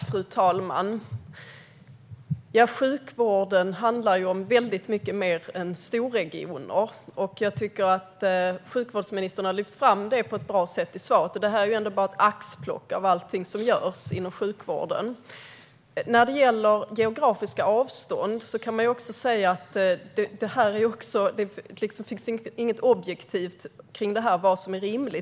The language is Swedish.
Fru talman! Sjukvården handlar om väldigt mycket mer än storregioner. Sjukvårdsministern har lyft fram det på ett bra sätt i svaret. Det här är ändå bara ett axplock av allt som görs inom sjukvården. När det gäller geografiska avstånd finns det inget objektivt sätt att se på vad som är rimligt.